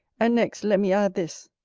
and next let me add this,